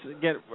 get